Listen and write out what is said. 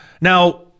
Now